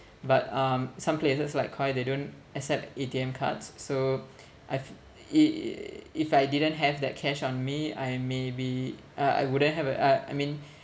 but um some places like Koi they don't accept A_T_M cards so I've i~ if I didn't have that cash on me I may be uh I wouldn't have uh I mean